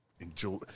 enjoy